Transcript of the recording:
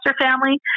family